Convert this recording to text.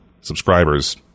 subscribers